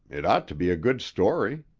it ought to be a good story.